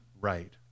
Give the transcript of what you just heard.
right